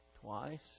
twice